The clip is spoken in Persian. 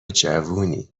جوونی